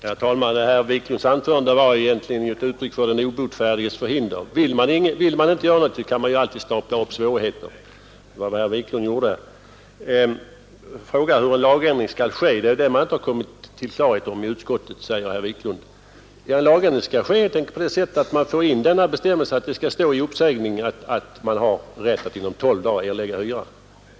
Herr talman! Herr Wiklunds i Stockholm anförande var ju egentligen ett uttryck för den obotfärdiges förhinder. Vill man inte göra något, kan man ju alltid stapla upp svårigheter, och det var vad herr Wiklund gjorde. Frågan hur en lagändring skall ske är det man inte kommit till klarhet om i utskottet, säger herr Wiklund. Lagändring skall ske helt enkelt på det sättet att man för in bestämmelsen att det skall stå i uppsägningen att hyresgästen har rätt att inom 12 dagar erlägga hyran.